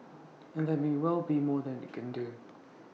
and there may well be more that IT can do